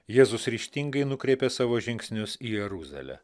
jėzus ryžtingai nukreipė savo žingsnius į jeruzalę